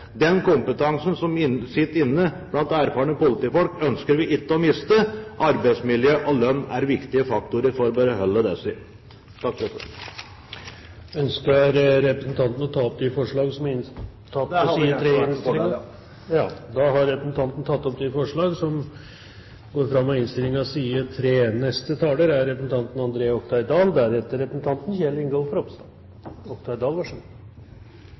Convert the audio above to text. Den kompetansen som sitter inne blant erfarne politifolk, ønsker vi ikke å miste. Arbeidsmiljø og lønn er viktige faktorer for å beholde disse. Ønsker representanten Morten Ørsal Johansen å ta opp de forslagene som er på side 3 i innstillingen? Ja. Da har representanten Morten Ørsal Johansen tatt opp de nevnte forslagene. Høyres forslag om en politistudie er